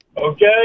okay